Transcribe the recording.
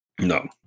No